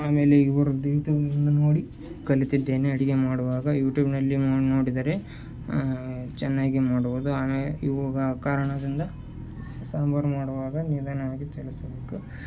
ಆಮೇಲೆ ಇವ್ರದ್ದು ಯುಟ್ಯೂಬ್ನಲ್ಲಿ ನೋಡಿ ಕಲಿತಿದ್ದೇನೆ ಅಡುಗೆ ಮಾಡುವಾಗ ಯುಟ್ಯೂಬ್ನಲ್ಲಿ ನೋಡಿ ನೋಡಿದರೆ ಚೆನ್ನಾಗಿ ಮಾಡುವುದು ಆಮೇ ಇವಾಗ ಕಾರಣದಿಂದ ಸಾಂಬಾರು ಮಾಡುವಾಗ ನಿಧಾನವಾಗಿ ಚಲಿಸಬೇಕು